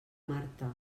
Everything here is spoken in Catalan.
marta